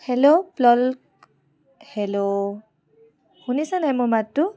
hello লল hello শুনিছেনে নাই মোৰ মাতটো